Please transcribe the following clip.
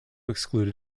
excluded